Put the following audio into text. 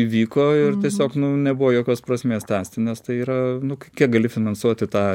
įvyko ir tiesiog nebuvo jokios prasmės tęsti nes tai yra nu kiek gali finansuoti tą